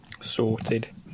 Sorted